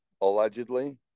allegedly